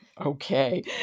Okay